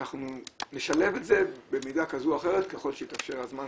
אנחנו נשלב את זה במידה כזו או אחרת ככל שיתאפשר הזמן,